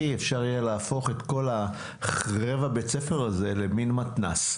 אפשר יהיה להפוך את כל הבית הספר החרב הזה למין מתנ"ס,